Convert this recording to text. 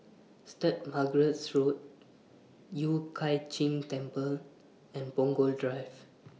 Saint Margaret's Road Yueh Hai Ching Temple and Punggol Drive